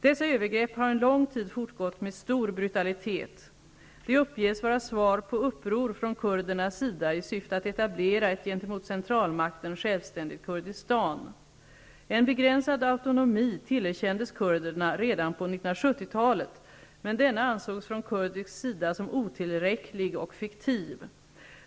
Dessa övergrepp har en lång tid fortgått med stor brutalitet. De uppges vara svar på uppror från kurdernas sida i syfte att etablera ett gentemot centralmakten självständigt Kurdistan. En begränsad autonomi tillerkändes kurderna redan på 1970-talet, men denna ansågs från kurdisk sida otillräcklig och fiktiv.